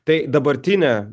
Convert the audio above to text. tai dabartinė